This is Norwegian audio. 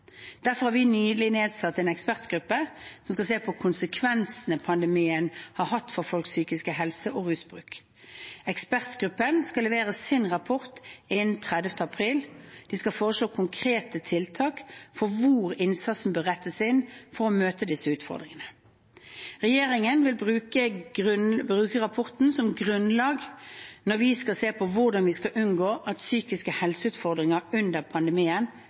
Derfor har vi nylig nedsatt en ekspertgruppe som skal se på konsekvensene pandemien har hatt for folks psykiske helse og rusbruk. Ekspertgruppen skal levere sin rapport innen 30. april, og de skal foreslå konkrete tiltak for hvor innsatsen bør rettes inn for å møte disse utfordringene. Regjeringen vil bruke rapporten som grunnlag når vi skal se på hvordan vi skal unngå at psykiske helseutfordringer under pandemien